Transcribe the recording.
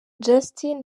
justin